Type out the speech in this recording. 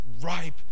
ripe